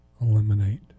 eliminate